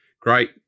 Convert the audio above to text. great